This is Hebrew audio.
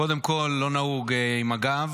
קודם כול לא נהוג עם הגב,